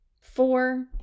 Four